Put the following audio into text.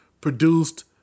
produced